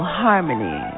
harmony